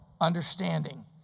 understanding